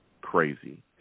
crazy